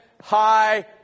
high